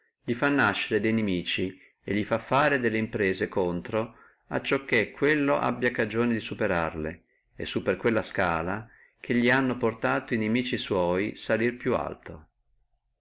gli fa nascere de nemici e li fa fare delle imprese contro acciò che quello abbi cagione di superarle e su per quella scala che li hanno pòrta e nimici sua salire più alto